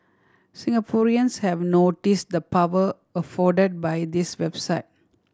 Singaporeans have noticed the power afforded by this website